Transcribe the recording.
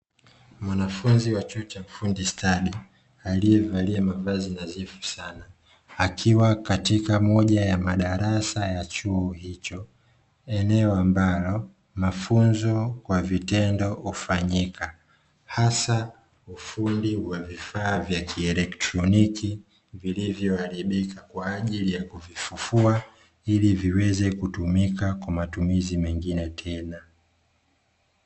Mwanafunzi wa chuo cha ufundi stadi aliyevalia mavazi nadhifu sana akiwa katika moja ya madarasa ya chuo hicho. Eneo ambalo mafunzo kwa vitendo hufanyika, hasa ufundi wa vifaa vya kielectroniki vilivyo haribika kwa ajili ya kuvifufua ili viweze kutumika kwa matumizi mengine tena.